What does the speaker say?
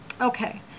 Okay